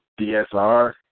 DSR